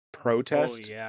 Protest